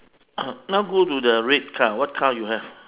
now go to the red car what car you have